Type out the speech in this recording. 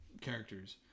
characters